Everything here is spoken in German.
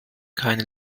keine